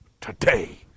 today